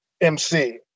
MC